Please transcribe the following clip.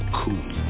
cool